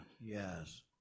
Yes